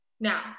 Now